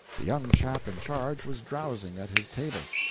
the young chap in charge was drowsing at his table.